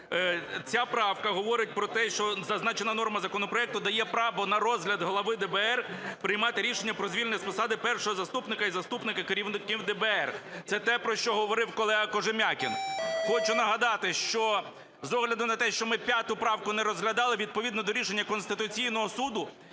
Ця правка говорить про те, що зазначена норма законопроекту дає право на розгляд глави ДБР приймати рішення про звільнення з посади першого заступника і заступників керівника ДБР, це те, про що говорив колега Кожем'якін. Хочу нагадати, що з огляду на те, що ми 5 правку не розглядали, відповідно до рішення Конституційного Суду,